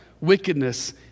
wickedness